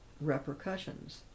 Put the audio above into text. repercussions